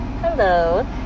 hello